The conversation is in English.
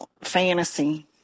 fantasy